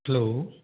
hello